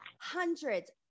hundreds